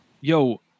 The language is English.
Yo